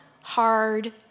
hard